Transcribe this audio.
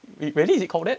re~ really is it called that